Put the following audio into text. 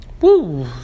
Woo